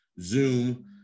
Zoom